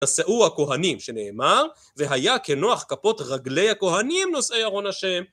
נשאו הכהנים שנאמר, והיה כנוח כפות רגלי הכהנים, נושאי אהרון ה'